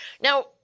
Now